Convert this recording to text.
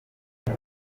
ati